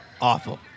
Awful